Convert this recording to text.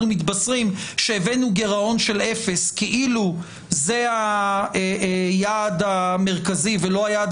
מתבשרים שהבאנו לגירעון של אפס כאילו זה היעד המרכזי ולא היעד